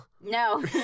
No